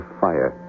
fire